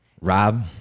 Rob